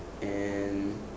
and